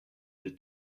the